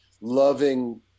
loving